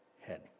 head